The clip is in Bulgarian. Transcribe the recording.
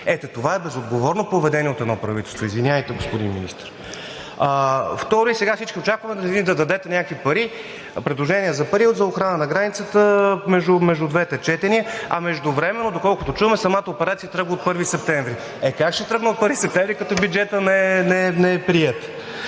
Ето това е безотговорно поведение от едно правителство. Извинявайте, господин Министър. Второ, сега всички очакваме да дадете някакви пари, предложение за пари за охрана на границата между двете четения. А междувременно, доколкото чуваме, самата операция тръгва от 1 септември. Е как ще тръгне от 1 септември, като бюджетът не е приет?